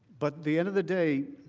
but the end of the day,